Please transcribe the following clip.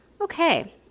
Okay